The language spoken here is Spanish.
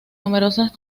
numerosas